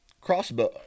crossbow